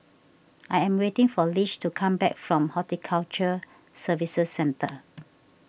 I am waiting for Lish to come back from Horticulture Services Centre